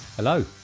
hello